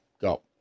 go